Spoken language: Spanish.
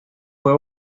fue